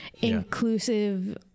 inclusive